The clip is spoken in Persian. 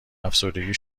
افسردگی